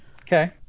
Okay